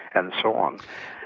and so on.